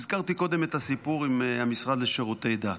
הזכרתי קודם את הסיפור עם המשרד לשירותי דת.